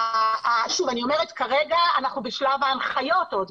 שוב, אני אומרת, כרגע אנחנו בשלב ההנחיות עוד.